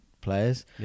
players